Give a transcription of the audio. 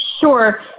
Sure